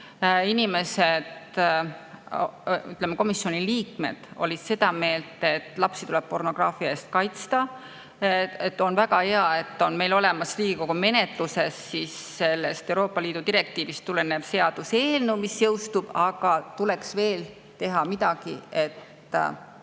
asjalik. Komisjoni liikmed olid seda meelt, et lapsi tuleb pornograafia eest kaitsta, et on väga hea, et meil on Riigikogu menetluses sellest Euroopa Liidu direktiivist tulenev seaduseelnõu, mis jõustub, aga tuleks veel midagi teha,